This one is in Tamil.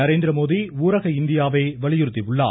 நரேந்திரமோடி ஊரக இந்தியாவை வலியுறுத்தியுள்ளார்